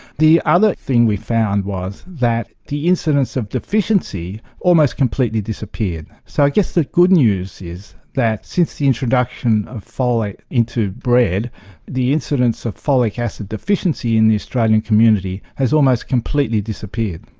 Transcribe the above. the other thing we found was that the incidence of deficiency almost completely disappeared. so i guess the good news is that since the introduction of folate into bread the incidence of folic acid deficiency in the australian community has almost completely disappeared.